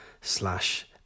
slash